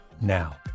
now